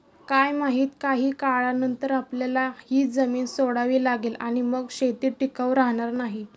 काय माहित, काही काळानंतर आपल्याला ही जमीन सोडावी लागेल आणि मग शेती टिकाऊ राहणार नाही